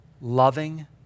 loving